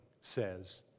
says